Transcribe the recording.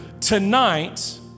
tonight